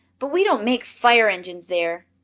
but we don't make fire engines there,